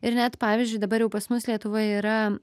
ir net pavyzdžiui dabar jau pas mus lietuvoj yra